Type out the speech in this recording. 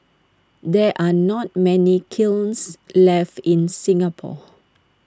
there are not many kilns left in Singapore